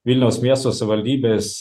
vilniaus miesto savivaldybės